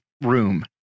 room